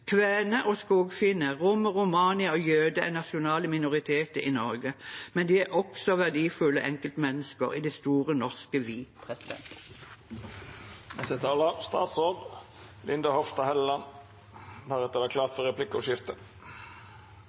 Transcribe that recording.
skogfinner, romer, romanifolk og jøder er nasjonale minoriteter i Norge, men de er også verdifulle enkeltmennesker i det store norske vi. Meldingen som Stortinget i dag behandler, er jeg glad for